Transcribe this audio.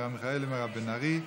מרב מיכאלי ומירב בן ארי.